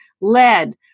lead